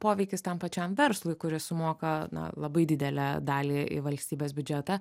poveikis tam pačiam verslui kuris sumoka na labai didelę dalį į valstybės biudžetą